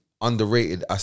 Underrated